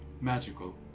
magical